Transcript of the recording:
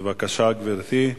בבקשה, גברתי.